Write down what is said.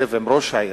ונשב עם ראש העיר,